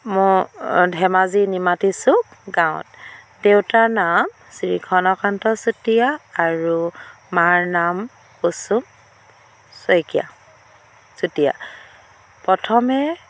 মই ধেমাজিৰ নিমাতী চুক গাঁৱত দেউতাৰ নাম শ্ৰী ঘনকান্ত চুতীয়া আৰু মাৰ নাম বচু শইকীয়া চুতীয়া প্ৰথমে